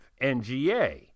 NGA